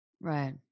Right